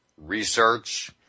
research